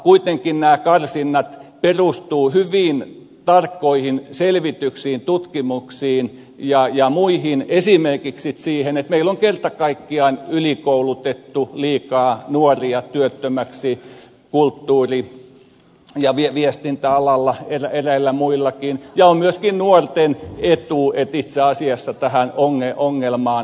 kuitenkin nämä karsinnat perustuvat hyvin tarkkoihin selvityksiin tutkimuksiin ja muihin esimerkiksi siihen että meillä on kerta kaikkiaan ylikoulutettu liikaa nuoria työttömäksi kulttuuri ja viestintäalalla eräillä muillakin ja on myöskin nuorten etu että itse asiassa tähän ongelmaan tartutaan